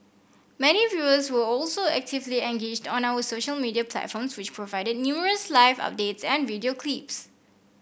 many viewers were also actively engaged on our social media platforms which provided numerous live updates and video clips